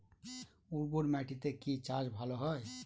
উর্বর মাটিতে কি চাষ ভালো হয়?